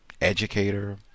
educator